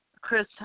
Chris